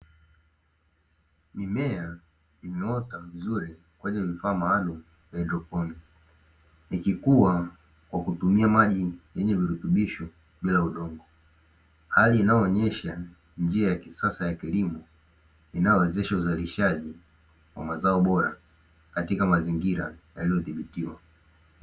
Mimea imeota vizuri kwenye vifaa maalumu vya haidroponi, ikikua kwa kutumia maji yenye virutubisho bila udongo, hali inayo onesha njia ya kisasa ya kilimo inayo wezesha uzalishaji wa mazao bora katika mazingira yaliyo dhibitiwa.